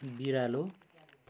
बिरालो